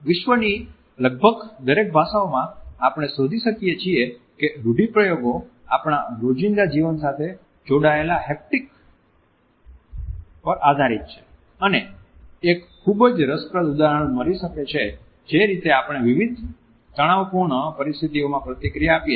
વિશ્વની લગભગ દરેક ભાષાઓમાં આપણે શોધી શકીએ છીએ કે રૂઢિપ્રયોગો આપણા રોજિંદા જીવન સાથે જોડાયેલા હેપ્ટિક આધારીત છે અને એક ખૂબ જ રસપ્રદ ઉદાહરણ મળી શકે છે જે રીતે આપણે વિવિધ તણાવપૂર્ણ પરિસ્થિતિઓમાં પ્રતિક્રિયા આપીએ છીએ